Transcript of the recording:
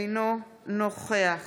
אינו נוכח